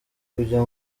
kujya